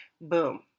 Boom